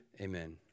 amen